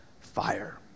fire